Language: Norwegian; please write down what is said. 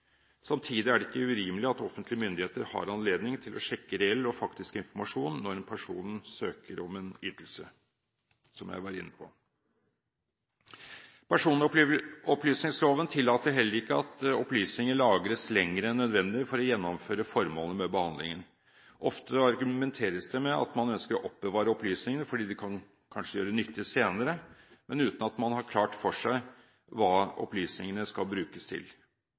Samtidig er det ikke urimelig at offentlige myndigheter har anledning til å sjekke reell og faktisk informasjon når en person søker om en ytelse, som jeg var inne på. Personopplysningsloven tillater heller ikke at opplysninger lagres lenger enn nødvendig for å gjennomføre formålet med behandlingen. Ofte argumenteres det med at man ønsker å oppbevare opplysningene fordi de kanskje kan gjøre nytte senere, men uten at man har klart for seg hva opplysningene skal brukes til.